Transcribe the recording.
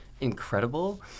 incredible